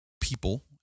people